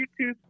YouTube